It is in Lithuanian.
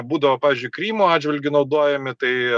būdavo pavyzdžiui krymo atžvilgiu naudojami tai